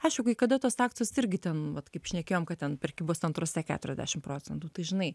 aišku kai kada tos akcijos irgi ten vat kaip šnekėjom kad ten prekybos centruose keturiasdešimt procentų tai žinai